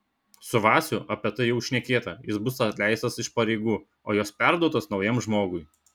su vaciu apie tai jau šnekėta jis bus atleistas iš pareigų o jos perduotos naujam žmogui